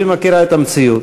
והיא מכירה את המציאות,